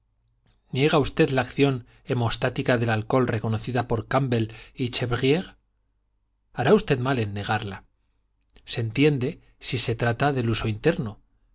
sonsoniche niega usted la acción hemostática del alcohol reconocida por campbell y chevrire hará usted mal en negarla se entiende si se trata del uso interno